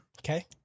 Okay